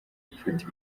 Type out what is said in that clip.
gufata